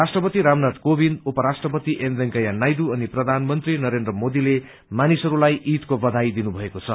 राष्ट्रपति रामनाथ कोविन्द उप राष्ट्रपति एम वेंकैया नायडू अनि प्रधानमन्त्री नरेन्द्र मोदीले मानिसहरूलाई इदको बधाई दिनुभएको छ